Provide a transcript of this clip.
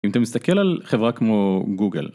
אם אתם מסתכל על חברה כמו גוגל.